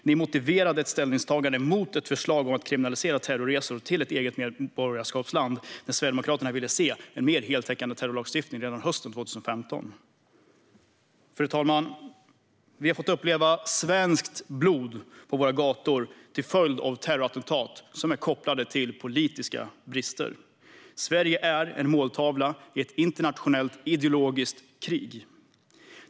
Ni motiverade ett ställningstagande mot ett förslag om att kriminalisera terrorresor till ett eget medborgarskapsland när Sverigedemokraterna ville se en mer heltäckande terrorismlagstiftning redan hösten 2015. Fru talman! Vi har fått uppleva svenskt blod på våra gator till följd av ett terrorattentat som är kopplat till politiska brister. Sverige är en måltavla i ett internationellt ideologiskt krig.